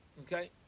Okay